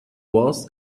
was